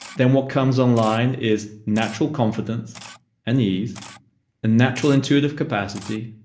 then what comes online is natural confidence and ease and natural intuitive capacity,